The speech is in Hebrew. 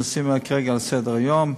לנושאים שכרגע על סדר-היום.